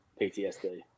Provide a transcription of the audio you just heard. PTSD